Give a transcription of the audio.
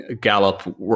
Gallup